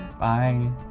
Bye